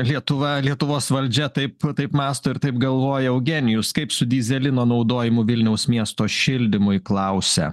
lietuva lietuvos valdžia taip taip mąsto ir taip galvoja eugenijus kaip su dyzelino naudojimu vilniaus miesto šildymui klausia